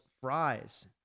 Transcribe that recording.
fries